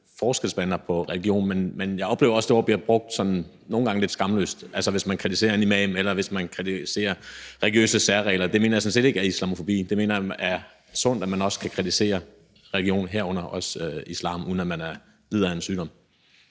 forskelsbehandler på grund af religion, men jeg oplever også, at ordet bliver brugt sådan lidt skamløst nogle gange, altså hvis man kritiserer en imam, eller hvis man kritiserer religiøse særregler. Det mener jeg sådan set ikke er islamofobi; jeg mener, at det er sundt, at man også kan kritisere religion, herunder også islam, uden at man lider af en sygdom.